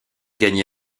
gagner